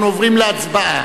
אנחנו עוברים להצבעה.